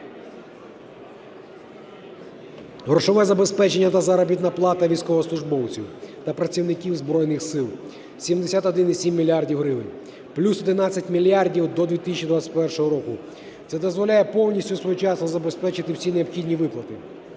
грошове забезпечення та заробітна плата військовослужбовців та працівників Збройних Сил – в 71,7 мільярда гривень, плюс 11 мільярдів до 2021 року, це дозволяє повністю і своєчасно забезпечити всі необхідні виплати.